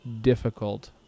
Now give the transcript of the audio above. difficult